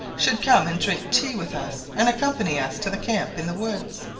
should come and drink tea with us and accompany us to the camp in the woods.